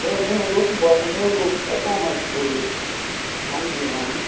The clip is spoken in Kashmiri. نہَ حظ مےٚ نہَ حظ اوس نہٕ باسان مےٚ حظ گوٚو اَچانٛک گوٚو یہِ سَمجھٕے آو نہٕ